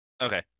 Okay